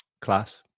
class